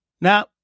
Now